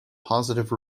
positive